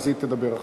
היא תדבר אחריו.